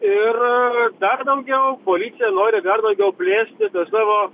ir dar daugiau policija nori dar daugiau plėsti tuos savo